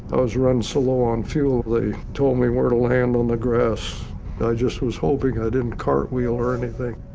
i was running so low on fuel, they told me where to land on the grass. i just was hoping i didn't cartwheel or anything.